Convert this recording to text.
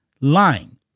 lying